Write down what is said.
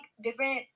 different